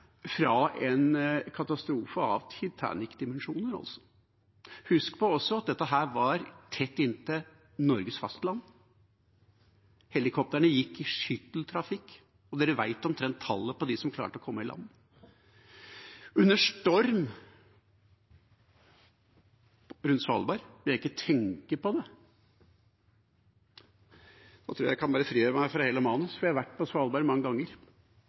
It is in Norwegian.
fra en katastrofe av Titanic-dimensjoner. Husk også på at dette var tett inntil Norges fastland. Helikoptrene gikk i skytteltrafikk, og dere vet omtrent tallet på dem som klarte å komme i land. Under storm rundt Svalbard – det vil jeg ikke tenke på. Jeg tror jeg kan fri meg fra hele manus, for jeg har vært på Svalbard mange ganger.